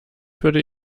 würde